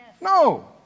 No